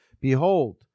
Behold